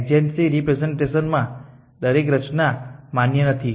adjacency representation માં દરેક રચના માન્ય નથી